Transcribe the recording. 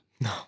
No